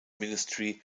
ministry